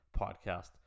Podcast